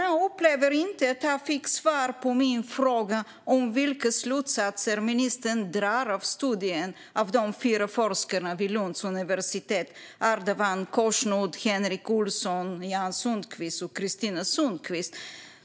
Jag upplever inte att jag fick svar på min fråga om vilka slutsatser ministern drar av studien av de fyra forskarna vid Lunds universitet, Ardavan Khoshnood, Henrik Ohlsson, Jan Sundquist och Kristina Sundquist.